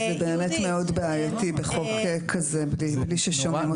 זה באמת מאוד בעייתי בחוק כזה בלי ששומעים אותם.